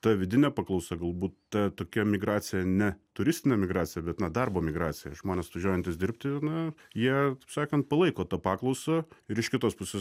ta vidinė paklausa galbūt ta tokia migracija ne turistinė migracija bet na darbo migracija žmonės atvažiuojantys dirbti na jie taip sakant palaiko tą paklausą ir iš kitos pusės